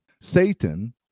Satan